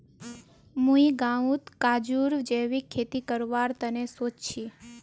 मुई गांउत काजूर जैविक खेती करवार तने सोच छि